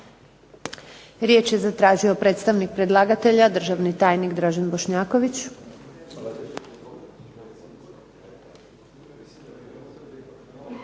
Riječ je zatražio predstavnik predlagatelja, državni tajnik Dražen Bošnjaković.